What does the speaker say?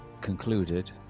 concluded